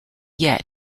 yet